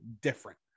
different